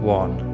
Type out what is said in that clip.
one